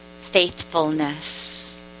faithfulness